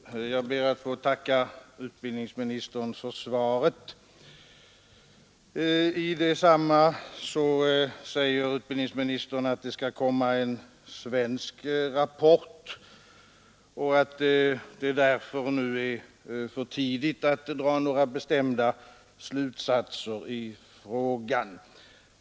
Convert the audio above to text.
Herr talman! Jag ber att få tacka utbildningsministern för svaret. I detsamma säger utbildningsministern att det skall komma en svensk rapport och att det därför nu är för tidigt att dra några bestämda slutsatser i frågan.